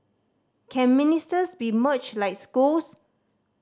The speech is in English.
can ministers be merged like schools